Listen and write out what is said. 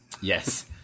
Yes